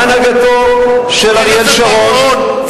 בהנהגתו של אריאל שרון,